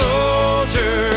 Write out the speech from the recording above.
Soldier